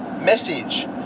message